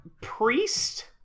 priest